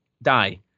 die